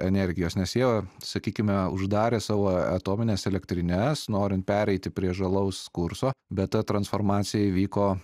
energijos nes jie sakykime uždarė savo atomines elektrines norint pereiti prie žalaus kurso bet ta transformacija įvyko